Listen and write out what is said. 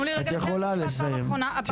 תנו לי רגע לסיים פעם אחת.